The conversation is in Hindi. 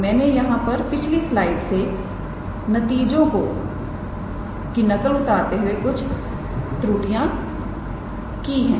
तो मैंने नकल गलत कर ली है यह मूल रूप से 𝑟̇ × 𝑟̈ है